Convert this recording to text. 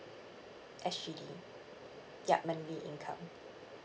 S_G_D yup monthly income